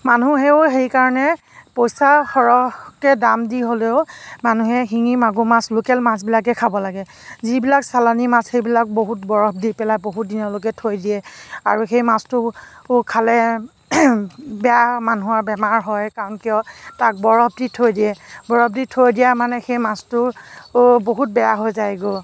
মানুহেও সেইকাৰণে পইচা সৰহকৈ দাম দি হ'লেও মানুহে শিঙি মাগুৰ মাছ লোকেল মাছবিলাকে খাব লাগে যিবিলাক চালানি মাছ সেইবিলাক বহুত বৰফ দি পেলাই বহুত দিনলৈকে থৈ দিয়ে আৰু সেই মাছটো খালে বেয়া মানুহৰ বেমাৰ হয় কাৰণ কিয় তাক বৰফ দি থৈ দিয়ে বৰফ দি থৈ দিয়া মানে সেই মাছটো বহুত বেয়া হৈ যায়গৈ